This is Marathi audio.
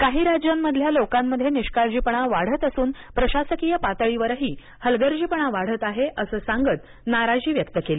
काही राज्यांमधल्या लोकांमध्ये निष्काळजीपणा वाढत असून प्रशासकीय पातळीवरही हलगर्जीपणा वाढत आहे असे सांगत नाराजी व्यक्त केली